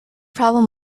problem